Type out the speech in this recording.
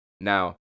now